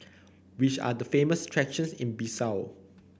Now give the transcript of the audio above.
which are the famous attractions in Bissau